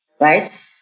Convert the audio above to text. right